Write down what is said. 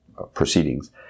proceedings